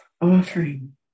offering